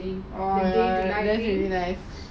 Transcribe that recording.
oh ya that's really nice